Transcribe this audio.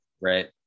right